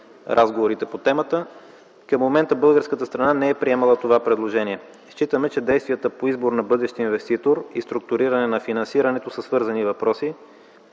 разговорите по темата. Към момента българската страна не е приемала това предложение. Считаме, че действията по избор на бъдещ инвеститор и структуриране на финансирането са свързани въпроси